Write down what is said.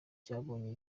cyabonye